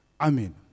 Amen